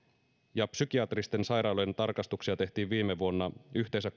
ja psykiatristen sairaaloiden tarkastuksia tehtiin viime vuonna yhteensä